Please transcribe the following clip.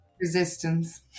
Resistance